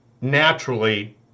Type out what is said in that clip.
naturally